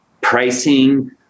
pricing